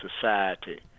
society